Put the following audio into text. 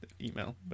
email